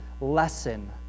lesson